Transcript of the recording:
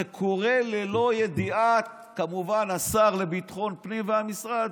זה קורה כמובן ללא ידיעת השר לביטחון פנים והמשרד.